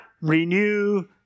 renew